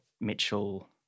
Mitchell